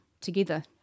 together